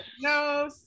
no